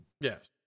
Yes